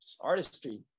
artistry